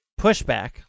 pushback